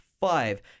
five